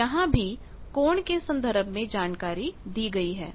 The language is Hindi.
यहाँ भी कोण के संदर्भ में जानकारी दी गई है